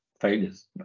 failures